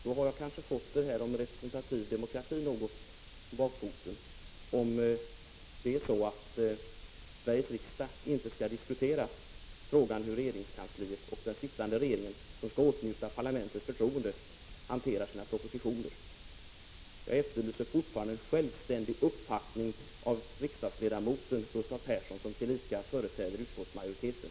Om Gustav Persson menar att Sveriges riksdag inte skall diskutera frågan om hur regeringskansliet och den sittande regeringen, som skall åtnjuta parlamentets förtroende, hanterar sina propositioner, har han kanske fått detta med representativ demokrati om bakfoten. Jag efterlyser fortfarande en självständig uppfattning från riksdagsledamoten Gustav Persson, som tillika företräder utskottsmajoriteten.